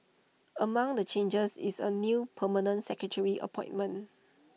among the changes is A new permanent secretary appointment